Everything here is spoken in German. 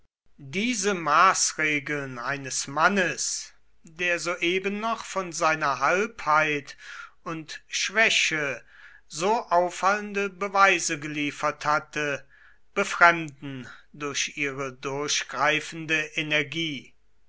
diese maßregeln eines mannes der soeben noch von seiner halbheit und schwäche so auffallende beweise geliefert hatte befremden durch ihre durchgreifende energie